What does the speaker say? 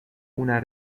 una